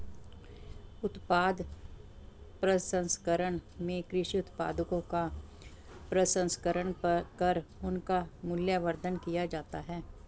उत्पाद प्रसंस्करण में कृषि उत्पादों का प्रसंस्करण कर उनका मूल्यवर्धन किया जाता है